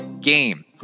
game